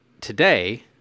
Today